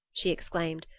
she exclaimed,